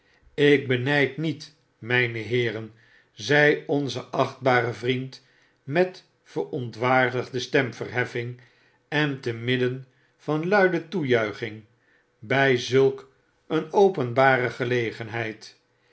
ik benyd niet myne heeren zei onze achtbare vriend met verontwaardigde stemverheffing en te midden van luide toejuiching by zulk een openbare gelegenheid